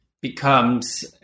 becomes